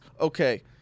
okay